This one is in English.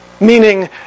Meaning